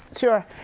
Sure